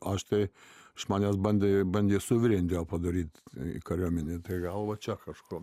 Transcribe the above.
aš tai iš manęs bandė bandė suvirintoją padaryt kariuomenėj tai gal va čia kažkuom